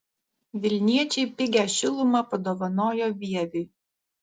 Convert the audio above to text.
vilniečiai pigią šilumą padovanojo vieviui